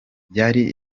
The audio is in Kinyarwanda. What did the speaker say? byari